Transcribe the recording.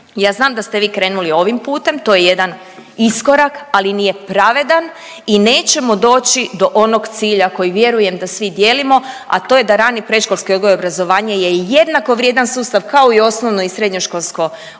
ja znam da ste vi krenuli ovim putem, to je jedan iskorak, ali nije pravedan i nećemo doći do onoga cilja koji vjerujem da svi dijelimo, a to je da rani i predškolski odgoj i obrazovanje je jednako vrijedan sustav kao i osnovno i srednjoškolsko odgoj